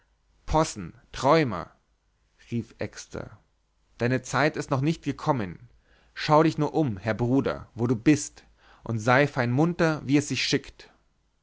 possen träumer rief exter deine zeit ist noch nicht gekommen schau dich nur um herr bruder wo du bist und sei fein munter wie es sich schickt